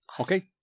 Okay